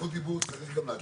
זכות דיבור, צריך גם להצביע.